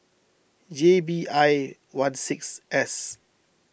J B I one six S